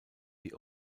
die